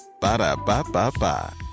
Ba-da-ba-ba-ba